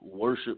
worship